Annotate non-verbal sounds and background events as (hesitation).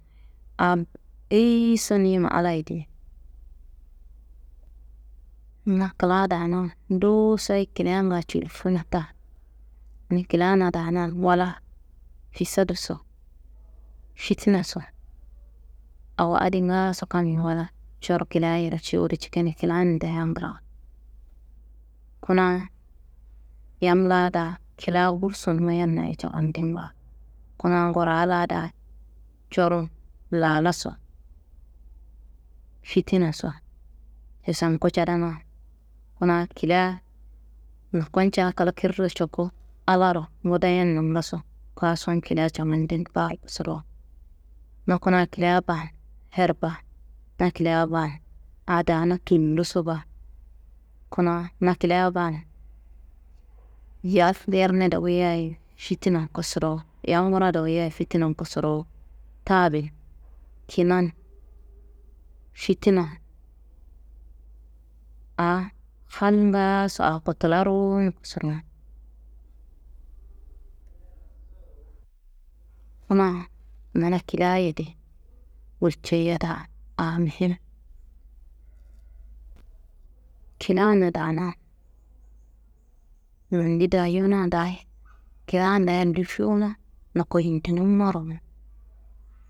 A eyiyiso nima Allaye diye, na kla daana nduwusoyi kilianga cilifuna ta, ni kilia na daana wala fisaduso, fitinaso awo adi ngaaso kammi wala coro kiliayero cuwudu cikini kilandea nglawo. Kuna yam laa daa kilia gursun mayannaye cawandin baa, kuna nguraá laa daa coro lalaso, fitinaso cisenku cadana. Kuna kilia ndokonca kla kirro coku Allaharo ngodoyenna ngaso kaso kilia cawandin baaro kosuro. Dowo kuna kila baan, her baa, na kilia baan aa daana tulloso baa. Kuna na kilia baan, (unintelligible) yerne dowuyia ye fitinan kosorowo, yam wura dowuyia ye fitinan kosorowo, tabi n, kina n, fitina n aa hal ngaaso aa kotula ruwun kosorowo. Kuna mana kilia yedi gulceyia daa aa muhim. Kilia na daana nondi dayona daayi kilia daa andi lufiyona ndoko yindinummarom. (hesitation)